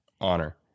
honor